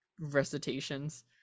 recitations